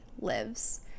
lives